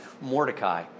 Mordecai